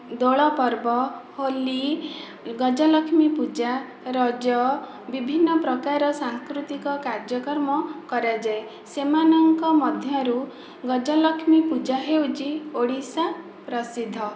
ଦୋଳପର୍ବ ହୋଲି ଗଜଲକ୍ଷ୍ମୀ ପୂଜା ରଜ ବିଭିନ୍ନ ପ୍ରକାର ସାଂସ୍କୃତିକ କାର୍ଯ୍ୟକ୍ରମ କରାଯାଏ ସେମାନଙ୍କ ମଧ୍ୟରୁ ଗଜଲକ୍ଷ୍ମୀ ପୂଜା ହେଉଛି ଓଡ଼ିଶା ପ୍ରସିଦ୍ଧ